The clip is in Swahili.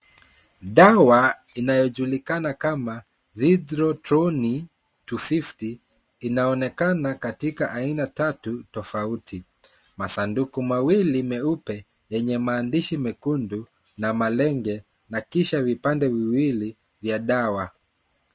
Dawa inayojulikana kama Jithrotoni 250 inaonekana katika aina tatu tofauti. Masanduku mawili meupe yenye maandishi mekundu na malenge na kisha vipande viwili vya dawa.